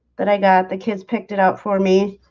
that i got the kids picked it out for me.